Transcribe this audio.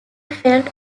felt